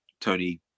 Tony